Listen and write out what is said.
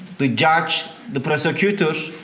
the judge, the prosecutor,